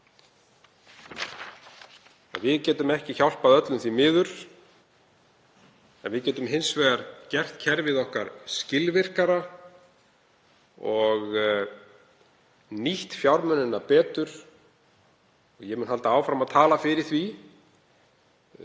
Við getum ekki hjálpað öllum, því miður, en við getum hins vegar gert kerfið okkar skilvirkara og nýtt fjármunina betur. Ég mun halda áfram að tala fyrir því.